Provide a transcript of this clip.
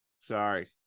Sorry